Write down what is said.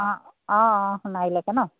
অঁ অঁ অঁ সোণাৰিলৈকে নহ্